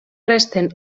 resten